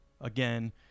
again